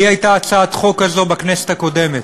לי הייתה הצעת חוק כזו, שקידמתי, בכנסת הקודמת,